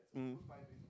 mm